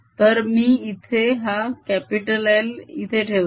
तर मी इथे हा L इथे ठेवतो